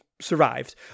survived